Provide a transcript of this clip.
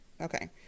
okay